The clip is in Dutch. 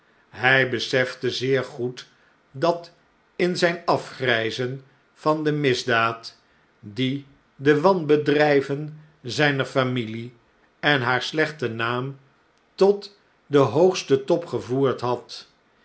hn besefte zeer goed dat in zn'n afgrjjzen van de misdaad die de wanbedrn'ven zn'ner familie en haar slechten naam tot den hoogsten top gevoerd had